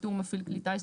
בטור "מפעיל כלי טיס",